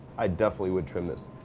i definitely would trim this.